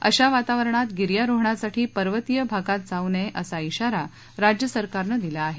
अशा वातावरणात गिर्यारोहणासाठी पर्वतीय भागात जाऊ नये असं खाारा राज्यसरकारनं दिला आहे